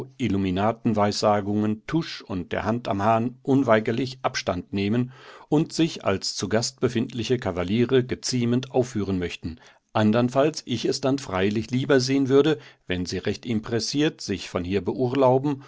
illuminaten weissagungen tusch und der hand am hahn unweigerlich abstand nehmen und sich als zu gast befindliche kavaliere geziemend aufführen möchten andernfalls ich es dann freilich lieber sehen würde wenn sie recht impressiert sich von hier beurlauben